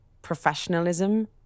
professionalism